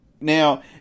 now